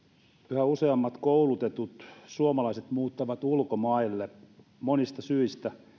yhä useammat koulutetut suomalaiset muuttavat ulkomaille monista syistä